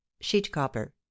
sheet-copper